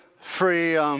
free